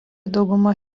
dauguma